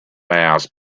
mass